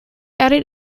added